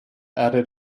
added